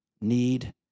need